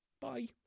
Bye